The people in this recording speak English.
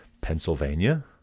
Pennsylvania